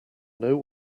know